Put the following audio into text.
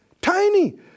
Tiny